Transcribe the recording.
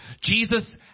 Jesus